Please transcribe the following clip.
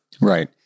Right